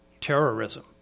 terrorism